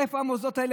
איפה המוסדות האלה?